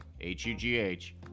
H-U-G-H